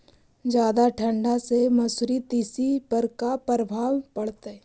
जादा ठंडा से मसुरी, तिसी पर का परभाव पड़तै?